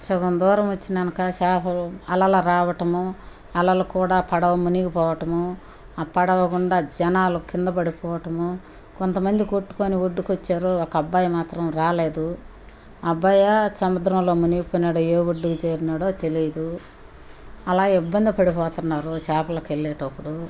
సగం దూరం వచ్చినాక చేపలు అలలు రావటము అలలు కూడా పడవ మునిగిపోవటము ఆ పడవగుండా జనాలు కింద పడిపోవటము కొంతమంది కొట్టుకొని ఒడ్డుకు వచ్చారు ఒక అబ్బాయి మాత్రం రాలేదు అబ్బాయి సముద్రంలో మునిగిపోయాడో ఏ ఒడ్దుకు చేరాడో తెలీదు అలా ఇబ్బంది పడిపోతున్నారు చేపలకు వెళ్ళేటప్పుడు